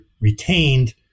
retained